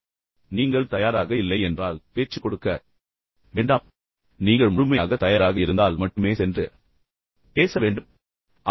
உண்மையில் நீங்கள் தயாராக இல்லை என்றால் பேச்சு கொடுக்க வேண்டாம் நீங்கள் முழுமையாகத் தயாராக இருந்தால் மட்டுமே சென்று பேச வேண்டும்